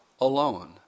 alone